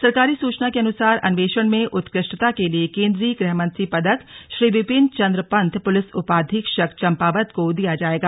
सरकारी सूचना के अनुसार अन्वेषण में उत्कृष्टता के लिए केन्द्रीय गृह मंत्री पदक श्री विपिन चन्द्र पन्त पुलिस उपाधीक्षक चंपावत को दिया जाएगा